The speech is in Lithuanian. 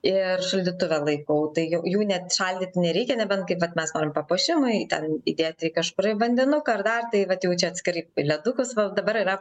ir šaldytuve laikau tai jau jų net šaldyt nereikia nebent kaip vat mes norim papuošimui ten įdėti kažkur į vandenuką ar dar tai vat jau čia atskirai ledukus va dabar yra